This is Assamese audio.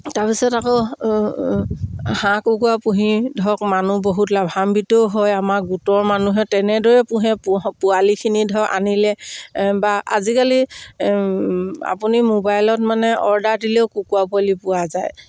তাৰপিছত আকৌ হাঁহ কুকুৰা পুহি ধৰক মানুহ বহুত লাভান্বিতও হয় আমাৰ গোটৰ মানুহে তেনেদৰে পুহে প পোৱালিখিনি ধৰক আনিলে বা আজিকালি আপুনি মোবাইলত মানে অৰ্ডাৰ দিলেও কুকুৰা পোৱালি পোৱা যায়